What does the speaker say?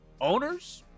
owners